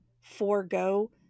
forego